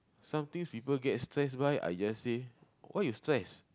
some things people get stressed by I just say why you stress